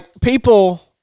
people